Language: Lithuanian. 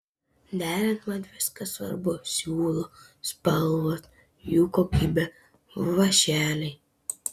neriant man viskas svarbu siūlų spalvos jų kokybė vąšeliai